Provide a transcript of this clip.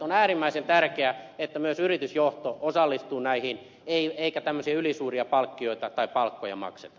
on äärimmäisen tärkeää että myös yritysjohto osallistuu näihin eikä tämmöisiä ylisuuria palkkioita tai palkkoja makseta